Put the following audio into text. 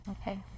Okay